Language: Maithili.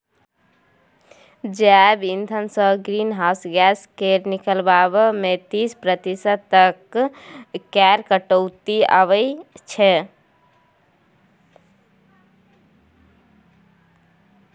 जैब इंधनसँ ग्रीन हाउस गैस केर निकलब मे तीस प्रतिशत तक केर कटौती आबय छै